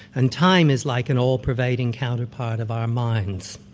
and time is like an all-pervading counterpart of our minds.